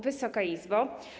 Wysoka Izbo!